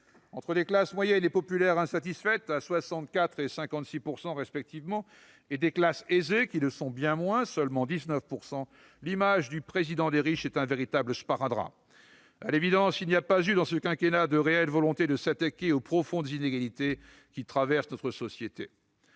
Entre des classes moyennes et populaires insatisfaites, à 64 % et 56 % respectivement, et des classes aisées qui le sont bien moins, à seulement 19 %, l'image du « président des riches » est un véritable sparadrap. À l'évidence, il n'y a pas eu dans ce quinquennat de réelle volonté de s'attaquer aux profondes inégalités qui traversent notre société.